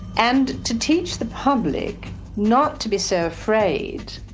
and to teach the public not to be so afraid.